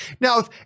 Now